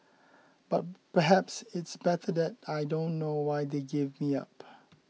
but perhaps it's better that I don't know why they gave me up